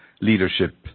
leadership